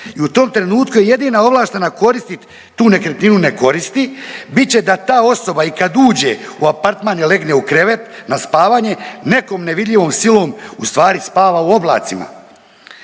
i u tom trenutku jedina ovlaštena koristiti tu nekretninu, ne koristi, bit će da ta osoba i kad uđe u apartman i legne u krevet na spavanje, nekom nevidljivom silom ustvari spava u oblacima.